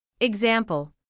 Example